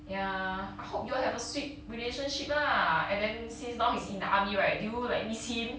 ya I hope you all have a sweet relationship lah and then since now he's in the army right do you like miss him